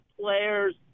players